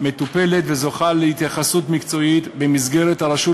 מטופלת וזוכה להתייחסות מקצועית במסגרת הרשות